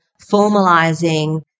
formalizing